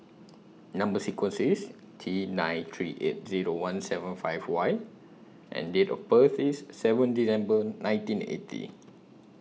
Number sequence IS T nine three eight Zero one seven five Y and Date of birth IS seven December nineteen eighty